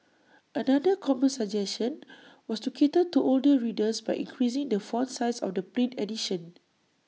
another common suggestion was to cater to older readers by increasing the font size of the print edition